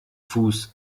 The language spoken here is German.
fuß